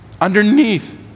underneath